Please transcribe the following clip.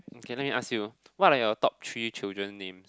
okay let me ask what like your top three children name